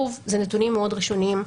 אלה נתונים ראשוניים מאוד.